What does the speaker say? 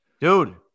Dude